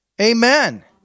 Amen